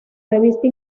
revista